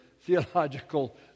theological